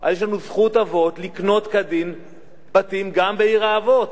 אז יש לנו זכות אבות לקנות כדין בתים גם בעיר האבות.